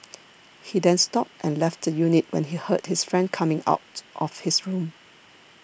he then stopped and left the unit when he heard his friend coming out of his room